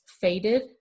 faded